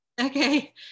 Okay